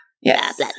Yes